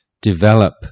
develop